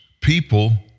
people